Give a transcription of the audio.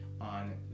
on